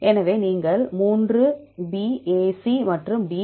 எனவே நீங்கள் 3B AC மற்றும் D